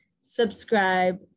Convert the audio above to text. subscribe